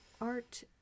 Art